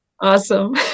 Awesome